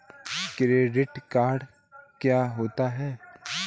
Credit card क्या होता है?